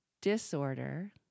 disorder